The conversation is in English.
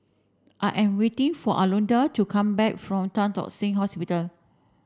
I am waiting for Alondra to come back from Tan Tock Seng Hospital